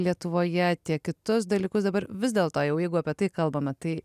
lietuvoje tiek kitus dalykus dabar vis dėlto jau jeigu apie tai kalbame tai